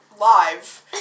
live